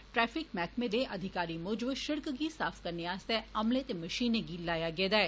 traffic मैहकमे दे अधिकारी मूजब सिड़क गी साफ करने आस्तै अमले ते मषैने गी लाया गेदा ऐ